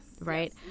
right